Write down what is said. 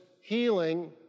healing